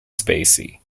spacey